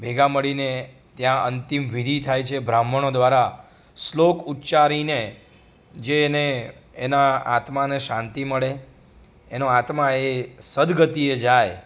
ભેગા મળીને ત્યાં અંતિમ વિધિ થાય છે બ્રાહ્મણો દ્વારા શ્લોક ઉચ્ચારીને જે એને એના આત્માને શાંતિ મળે એનો આત્મા એ સદગતિ જાય